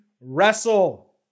wrestle